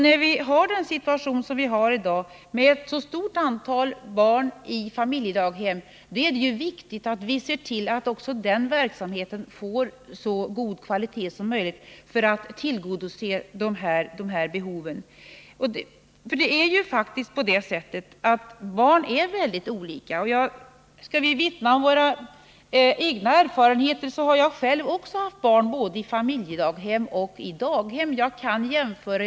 När vi har den situation som vi har i dag, med ett mycket stort antal barn i familjedaghem, är det viktigt att vi ser till att också den verksamheten får så god kvalitet som möjligt för att man skall kunna tillgodose de här behoven. Barn är ju faktiskt mycket olika. Skall vi vittna om våra egna erfarenheter, vill jag säga att också jag själv haft barn både i familjedaghem och i daghem och kan jämföra.